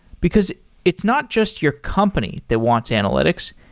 because it's not just your company that wants analytics.